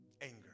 Anger